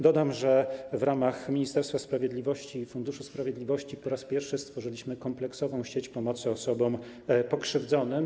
Dodam, że w ramach Ministerstwa Sprawiedliwości i Funduszu Sprawiedliwości po raz pierwszy stworzyliśmy kompleksową sieć pomocy osobom pokrzywdzonym.